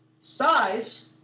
Size